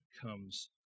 comes